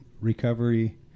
recovery